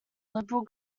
liberal